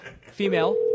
Female